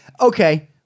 Okay